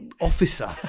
Officer